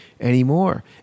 anymore